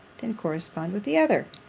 than correspond with the other.